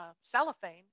cellophane